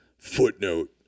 footnote